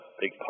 big